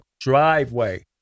driveway